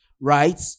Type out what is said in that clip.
right